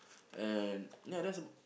and ya that's ab~